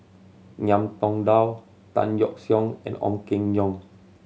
Ngiam Tong Dow Tan Yeok Seong and Ong Keng Yong